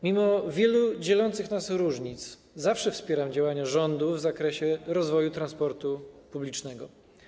Mimo wielu dzielących nas różnic zawsze wspieram działania rządu w zakresie rozwoju transportu publicznego.